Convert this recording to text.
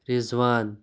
Rizwan